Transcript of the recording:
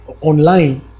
online